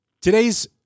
Today's